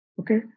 okay